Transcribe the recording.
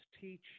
teach